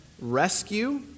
rescue